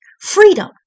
freedom